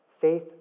Faith